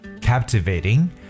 Captivating